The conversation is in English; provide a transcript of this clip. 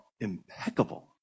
impeccable